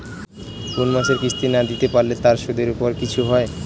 কোন মাসের কিস্তি না দিতে পারলে তার সুদের উপর কিছু হয়?